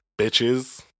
Bitches